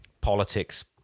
politics